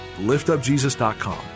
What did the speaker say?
liftupjesus.com